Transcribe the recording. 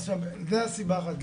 זו סיבה אחת.